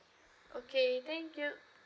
okay thank you